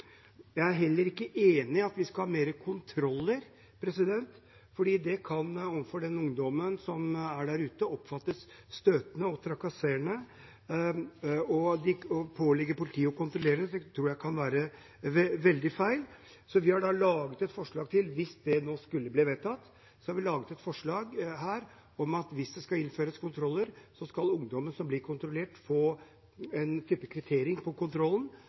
Jeg er heller ikke enig i at vi skal ha flere kontroller, for det kan av ungdommen der ute oppfattes støtende og trakasserende. Å pålegge politiet å kontrollere kan bli veldig feil, tror jeg, så vi har laget et forslag om at hvis det skal innføres kontroller, skal ungdommen som blir kontrollert, få en kvittering på at de har blitt kontrollert. Politiet skal også ha krav på seg til å loggføre kontrollen. Norge har blitt kritisert for at politiet driver med etnisk profilering, og vi ønsker ikke at et kontrollregime på